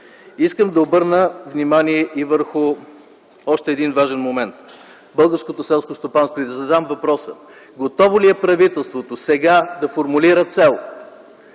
Искам да обърна внимание и върху още един важен момент – българското селско стопанство. И да задам въпроса: готово ли е правителството сега да формулира цел